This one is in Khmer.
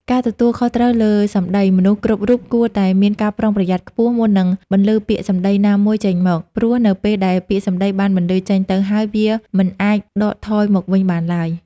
ការទទួលខុសត្រូវលើសម្ដី: មនុស្សគ្រប់រូបគួរតែមាន ការប្រុងប្រយ័ត្នខ្ពស់ មុននឹងបន្លឺពាក្យសម្ដីណាមួយចេញមក ព្រោះនៅពេលដែលពាក្យសម្ដីបានបន្លឺចេញទៅហើយ វាមិនអាចដកថយមកវិញបានឡើយ។